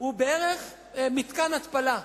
הוא בערך מתקן התפלה,